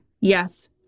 yes